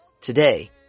Today